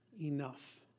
enough